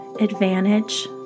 advantage